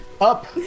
Up